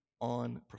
on